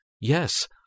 Yes